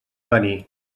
venir